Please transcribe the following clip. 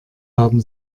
haben